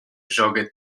joga